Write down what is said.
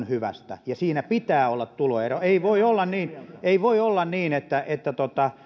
hyvästä ja siinä pitää olla tuloero ei voi olla niin että että